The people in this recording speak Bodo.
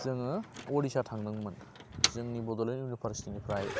जोङो उरिष्या थांदोंमोन जोंनि बड'लेण्ड इउनिभारसिटि निफ्राय